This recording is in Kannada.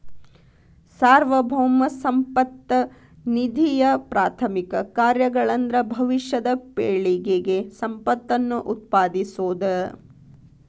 ಸಾರ್ವಭೌಮ ಸಂಪತ್ತ ನಿಧಿಯಪ್ರಾಥಮಿಕ ಕಾರ್ಯಗಳಂದ್ರ ಭವಿಷ್ಯದ ಪೇಳಿಗೆಗೆ ಸಂಪತ್ತನ್ನ ಉತ್ಪಾದಿಸೋದ